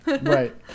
Right